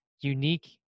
unique